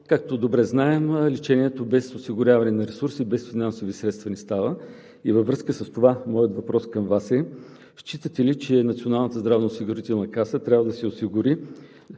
както добре знаем, лечението без осигуряване на ресурси, без финансови средства не става. Във връзка с това моят въпрос към Вас е: считате ли, че Националната здравноосигурителна каса трябва да си осигури,